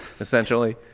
essentially